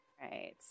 right